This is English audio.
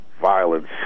violence